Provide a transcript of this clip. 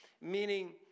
meaning